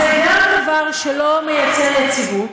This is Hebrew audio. זה גם דבר שלא יוצר יציבות,